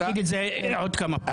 תגיד את זה עוד כמה פעמים.